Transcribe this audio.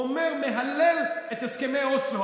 מהלל את הסכמי אוסלו.